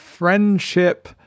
friendship